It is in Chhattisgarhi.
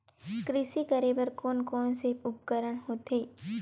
कृषि करेबर कोन कौन से उपकरण होथे?